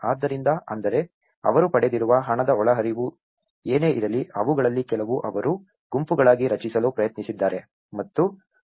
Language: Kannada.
ಆದ್ದರಿಂದ ಅಂದರೆ ಅವರು ಪಡೆದಿರುವ ಹಣದ ಒಳಹರಿವು ಏನೇ ಇರಲಿ ಅವುಗಳಲ್ಲಿ ಕೆಲವು ಅವರು ಗುಂಪುಗಳಾಗಿ ರಚಿಸಲು ಪ್ರಯತ್ನಿಸಿದ್ದಾರೆ